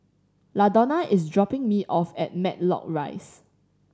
Ladonna is dropping me off at Matlock Rise